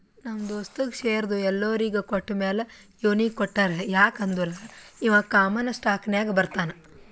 ನಮ್ ದೋಸ್ತಗ್ ಶೇರ್ದು ಎಲ್ಲೊರಿಗ್ ಕೊಟ್ಟಮ್ಯಾಲ ಇವ್ನಿಗ್ ಕೊಟ್ಟಾರ್ ಯಾಕ್ ಅಂದುರ್ ಇವಾ ಕಾಮನ್ ಸ್ಟಾಕ್ನಾಗ್ ಬರ್ತಾನ್